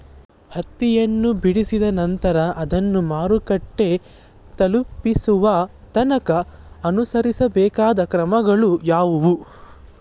ಹತ್ತಿಯನ್ನು ಬಿಡಿಸಿದ ನಂತರ ಅದನ್ನು ಮಾರುಕಟ್ಟೆ ತಲುಪಿಸುವ ತನಕ ಅನುಸರಿಸಬೇಕಾದ ಕ್ರಮಗಳು ಯಾವುವು?